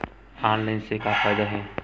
Online से का फ़ायदा हे?